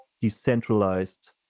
decentralized